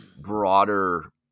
broader